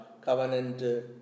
covenant